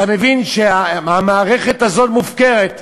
אתה מבין שהמערכת הזאת מופקרת.